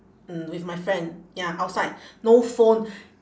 mm with my friend ya outside no phone